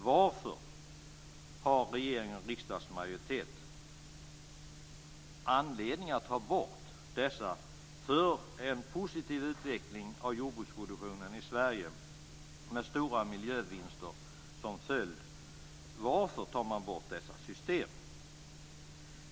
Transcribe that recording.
Varför har regeringen och riksdagens majoritet anledning att ta bort dessa system för en positiv utveckling av jordbruksproduktionen i Sverige, med stora miljövinster som följd? Varför tar man bort dem?